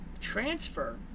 transfer